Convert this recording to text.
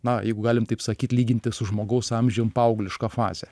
na jeigu galim taip sakyt lyginti su žmogaus amžium paauglišką fazę